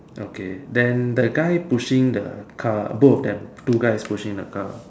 okay then the guy pushing the car both of them two guys pushing the car